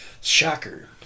Shocker